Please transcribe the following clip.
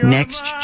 Next